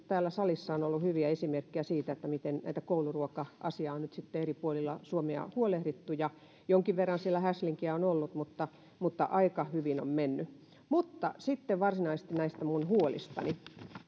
täällä salissa onkin ollut hyviä esimerkkejä siitä miten kouluruoka asiasta on nyt sitten eri puolilla suomea huolehdittu jonkin verran siellä häslinkiä on ollut mutta mutta aika hyvin on mennyt mutta sitten varsinaisesti näistä minun huolistani